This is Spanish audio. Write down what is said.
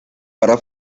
para